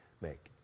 make